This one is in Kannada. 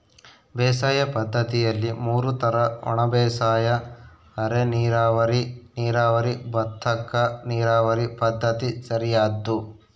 ಬೇಸಾಯ ಪದ್ದತಿಯಲ್ಲಿ ಮೂರು ತರ ಒಣಬೇಸಾಯ ಅರೆನೀರಾವರಿ ನೀರಾವರಿ ಭತ್ತಕ್ಕ ನೀರಾವರಿ ಪದ್ಧತಿ ಸರಿಯಾದ್ದು